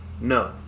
No